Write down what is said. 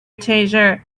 taser